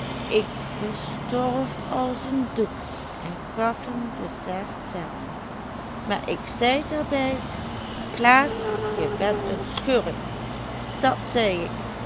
ik besturf as en doek en gaf em de zes centen maar ik zeid er bij klaas je bent een schurk dat zei ik